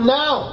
now